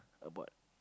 about